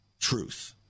truth